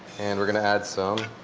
and we're going to add some